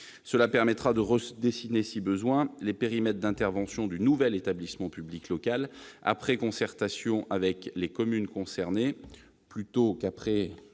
Cela permettra de redessiner, si besoin, les périmètres d'intervention du nouvel établissement public local après concertation avec les communes concernées- plutôt qu'après